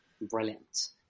Brilliant